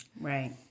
Right